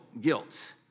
guilt